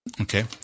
Okay